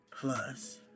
plus